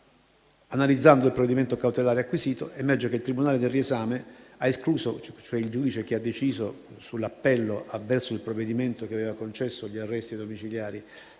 Analizzando il provvedimento cautelare acquisito, emerge che il tribunale del riesame (cioè il giudice che ha deciso sull'appello avverso il provvedimento che aveva concesso gli arresti domiciliari